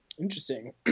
Interesting